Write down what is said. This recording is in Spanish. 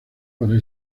para